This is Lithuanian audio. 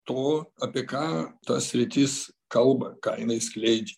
to apie ką ta sritis kalba ką jinai skleidžia